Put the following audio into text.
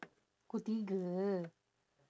pukul tiga